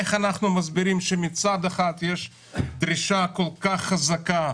איך אנחנו מסבירים שמצד אחד יש דרישה כל כך חזקה,